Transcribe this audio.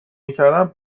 میکردم